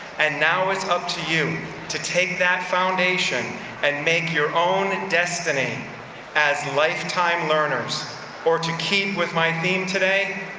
and now it's up to you to take that foundation and make your own destiny as lifetime learners or to keep with my theme today,